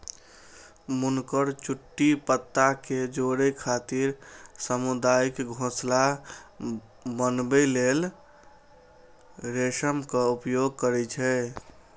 बुनकर चुट्टी पत्ता कें जोड़ै खातिर सामुदायिक घोंसला बनबै लेल रेशमक उपयोग करै छै